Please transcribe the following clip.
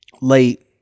late